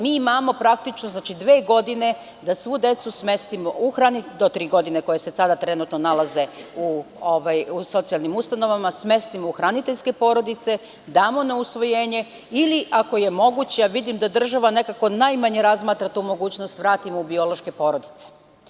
Mi imamo praktično dve godine da svu decu do tri godine, koja se sada trenutno nalaze u socijalnim ustanovama, smestimo u hraniteljske porodice, damo na usvojenje ili, ako je moguće, a vidim da država nekako najmanje razmatra tu mogućnost, vratimo u biološke porodice.